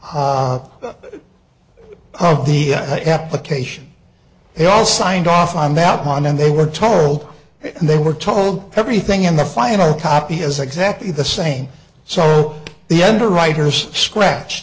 t oh the application they all signed off on that one and they were told and they were told everything in the final copy is exactly the same so the underwriters scratch